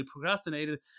procrastinated